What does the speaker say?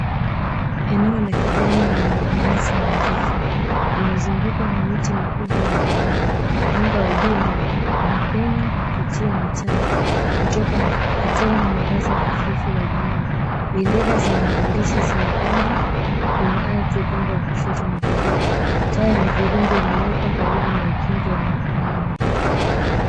Eneo la kijani lenye nyasi nadhifu limezungukwa na miti mikubwa ya zamani. Mwanga wa juu unapenya kupitia matawi ukitoa mwangaza hafifu wa jioni. Bendera zenye maandishi zimepandwa kwenye ardhi upande wa kushoto na kulia. Taa ya mviringo imewekwa karibu na ukingo wa mawe.